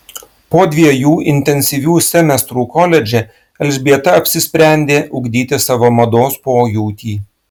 po dviejų intensyvių semestrų koledže elžbieta apsisprendė ugdyti savo mados pojūtį